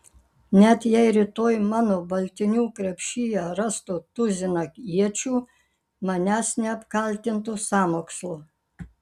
net jei rytoj mano baltinių krepšyje rastų tuziną iečių manęs neapkaltintų sąmokslu